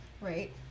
right